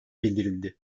bildirildi